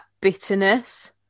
bitterness